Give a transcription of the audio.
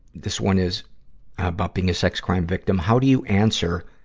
this one is about being a sex crime victim how do you answer,